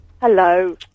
Hello